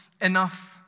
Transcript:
enough